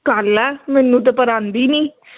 ਕਰ ਲਾ ਮੈਨੂੰ ਤਾਂ ਪਰ ਆਉਂਦੀ ਨਹੀਂ